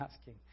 asking